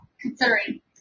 considering